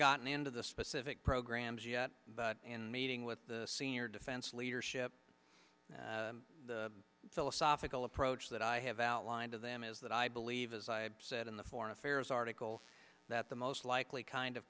gotten into the specific programs yet but in meeting with the senior defense leadership the philosophical approach that i have outlined to them is that i believe as i said in the foreign affairs article that the most likely kind of